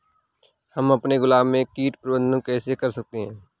हम अपने गुलाब में कीट प्रबंधन कैसे कर सकते है?